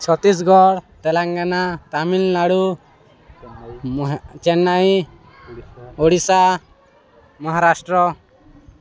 Chhattisgarh Telangana Tamil Nadu Chennai Odisha Maharashtra